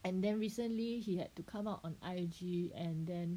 and then recently he had to come out on I_G and then